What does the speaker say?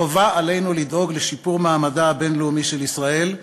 חובה עלינו לדאוג לשיפור מעמדה הבין-לאומי של ישראל,